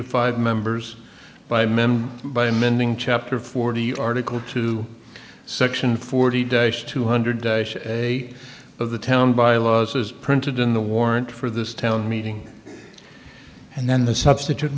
to five members by member by amending chapter forty article two section forty days two hundred a of the town bylaws as printed in the warrant for this town meeting and then the substitute